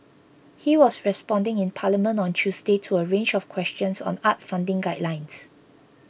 he was responding in Parliament on Tuesday to a range of questions on arts funding guidelines